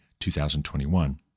2021